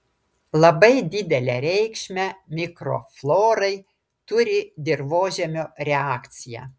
labai didelę reikšmę mikroflorai turi dirvožemio reakcija